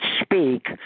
speak